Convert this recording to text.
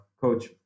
Coach